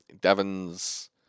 Devon's